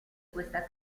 questa